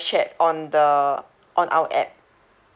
chat on the on our app